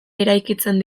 eraikitzen